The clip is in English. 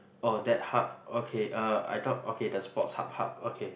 oh that hub okay uh I thought okay the sports hub hub okay